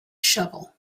shovel